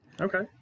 Okay